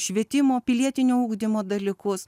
švietimo pilietinio ugdymo dalykus